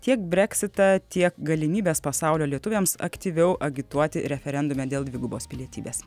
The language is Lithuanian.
tiek breksitą tiek galimybes pasaulio lietuviams aktyviau agituoti referendume dėl dvigubos pilietybės